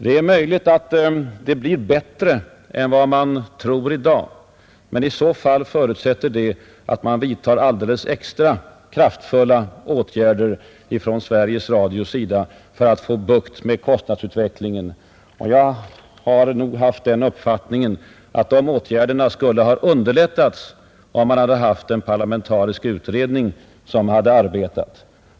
Det är möjligt att den blir bättre än vad man tror i dag, men det förutsätter i så fall att Sveriges Radio vidtar alldeles särskilt kraftfulla åtgärder för att få bukt med kostnadsutvecklingen. Jag har den uppfattningen att det skulle ha underlättats av att man haft en parlamentarisk utredning.